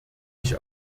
ich